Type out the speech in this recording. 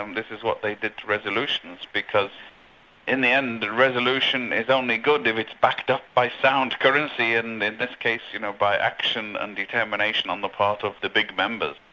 um this is what they did to resolutions because in the end, the resolution is only good if it's backed up by sound currency, and in this case you know by action and determination on the part of the big members.